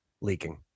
leaking